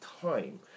time